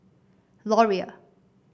Laurier